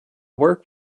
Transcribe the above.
work